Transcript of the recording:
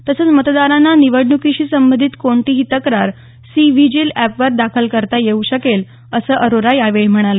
तसंच मतदारांना निवडणुकीशी संबंधित कोणतीही तक्रार सी व्हिजिल अॅपवर दाखल करता येऊ शकेल असं अरोरा यावेळी म्हणाले